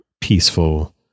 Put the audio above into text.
peaceful